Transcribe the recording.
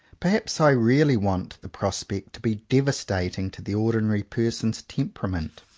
perhaps i really want the prospect to be devastating to the ordinary person's temperament.